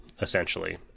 essentially